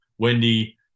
Wendy